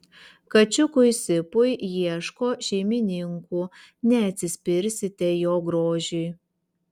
kačiukui sipui ieško šeimininkų neatsispirsite jo grožiui